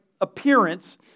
appearance